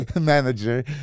manager